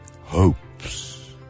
hopes